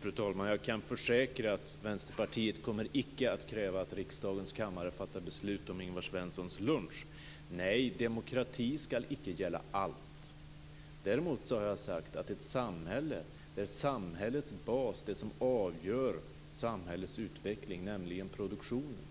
Fru talman! Jag kan försäkra att Vänsterpartiet icke kommer att kräva att riksdagens kammare skall fatta beslut om Ingvar Svenssons lunch. Nej, demokratin skall icke gälla allt. Däremot har jag sagt att ett samhälle vars bas - det som avgör samhällets utveckling, nämligen produktionen